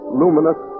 luminous